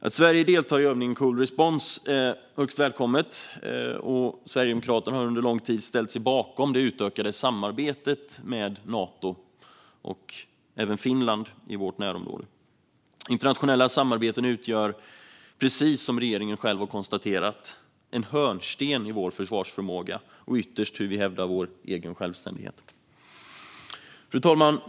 Att Sverige deltar i övningen Cold Response är högst välkommet, och Sverigedemokraterna har under lång tid ställt sig bakom det utökade samarbetet med Nato och Finland i vårt närområde. Internationella samarbeten utgör, precis som regeringen själv har konstaterat, en hörnsten i vår försvarsförmåga och ytterst hur vi hävdar vår självständighet. Fru talman!